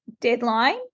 deadline